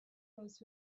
those